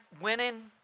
winning